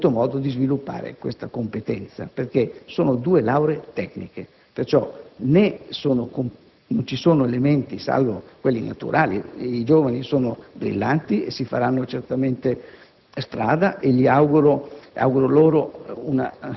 edile) hanno avuto modo di sviluppare questa competenza, perché sono due lauree tecniche. Pertanto, non ci sono elementi, salvo quelli naturali: i giovani sono brillanti e si faranno certamente